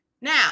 Now